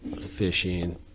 Fishing